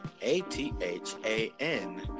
A-T-H-A-N